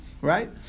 right